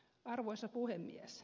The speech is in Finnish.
arvoisa puhemies